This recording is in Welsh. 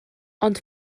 ond